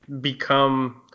become